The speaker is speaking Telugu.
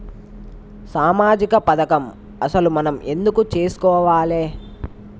సామాజిక పథకం అసలు మనం ఎందుకు చేస్కోవాలే?